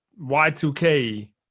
y2k